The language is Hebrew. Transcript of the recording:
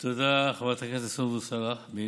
תודה, חברת הכנסת סונדוס סאלח.